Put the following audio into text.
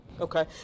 Okay